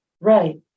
Right